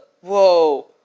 Whoa